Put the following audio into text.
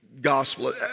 gospel